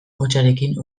hotzarekin